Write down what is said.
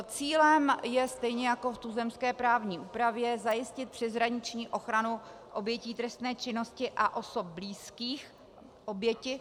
Cílem je stejně jako v tuzemské právní úpravě zajistit přeshraniční ochranu obětí trestné činnosti a osob blízkých oběti